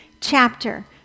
chapter